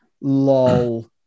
lol